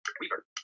Weaver